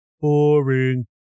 Boring